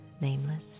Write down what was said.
nameless